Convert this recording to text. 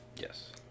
Yes